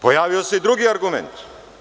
Pojavio se i drugi argument.